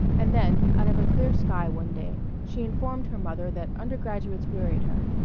and then out of a clear sky one day she informed her mother that undergraduates wearied her.